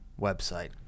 website